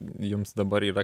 jums dabar yra